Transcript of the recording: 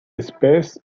espèce